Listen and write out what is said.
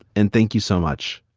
and thank you so much.